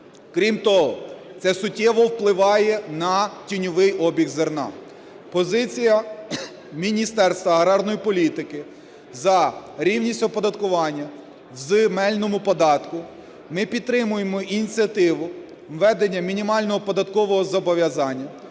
Крім того, це суттєво впливає на тіньовий обіг зерна. Позиція Міністерства аграрної політики – за рівність оподаткування в земельному податку. Ми підтримуємо ініціативу введення мінімального податкового зобов'язання